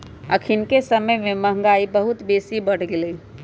अखनिके समय में महंगाई बहुत बेशी बढ़ गेल हइ